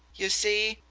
you see,